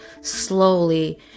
slowly